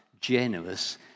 generous